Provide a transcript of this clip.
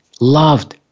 loved